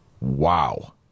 Wow